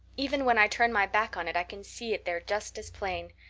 even when i turn my back on it i can see it there just as plain.